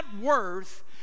worth